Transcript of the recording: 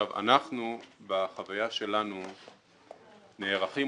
בחוויה שלנו נערכים,